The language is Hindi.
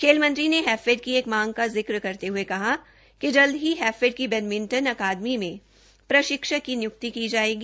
खेल मंत्री ने हैफेड की एक मांग का जिक्र करते हुए कहा कि जल्द ही हैफेड की बैडमिंटन एकेडमी में प्रशिक्षक की नियुक्ति की जाएगी